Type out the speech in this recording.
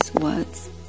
words